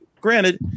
granted